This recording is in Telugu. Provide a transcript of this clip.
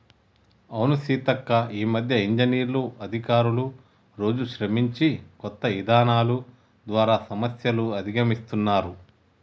అవును సీతక్క ఈ మధ్య ఇంజనీర్లు అధికారులు రోజు శ్రమించి కొత్త ఇధానాలు ద్వారా సమస్యలు అధిగమిస్తున్నారు